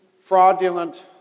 fraudulent